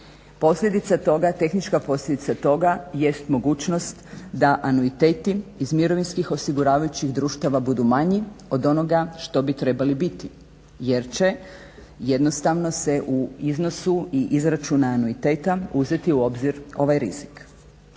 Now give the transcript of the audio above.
stupu. Tehnička posljedica toga jest mogućnost da anuiteti iz mirovinskih osiguravajućih društava budu manji od onoga što bi trebali biti jer će jednostavno se u iznosu i izračunu anuiteta uzeti u obzir ovaj rizik.